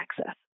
access